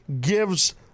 gives